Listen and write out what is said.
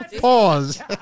Pause